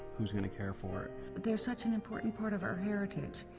who's going to care for it? but they're such an important part of our heritage,